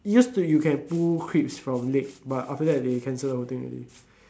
used to you can pull creeps from lake but after that they cancel the whole thing already